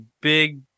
big